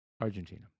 Argentina